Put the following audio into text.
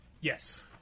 Yes